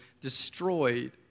destroyed